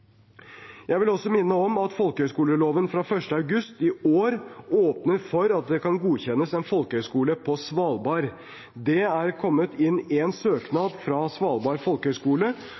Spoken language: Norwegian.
Jeg vil også minne om at folkehøyskoleloven fra 1. august i år åpner for at det kan godkjennes en folkehøyskole på Svalbard. Det er kommet inn en søknad fra Svalbard folkehøgskole,